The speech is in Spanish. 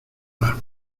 las